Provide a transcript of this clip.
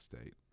State